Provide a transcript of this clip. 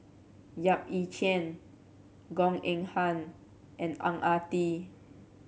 Yap Ee Chian Goh Eng Han and Ang Ah Tee